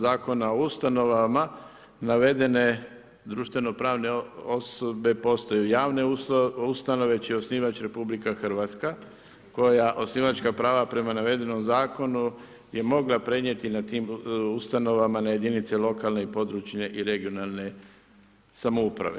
Zakona o ustanovama navedene društveno pravne osobe postaju javne ustanove čiji je osnivač RH koja osnivačka prava prema navedenom zakonu je mogla prenijeti na tim ustanovama na jedinice lokalne i područne i regionalne samouprave.